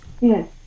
yes